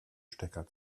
stecker